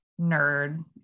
nerd